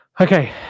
Okay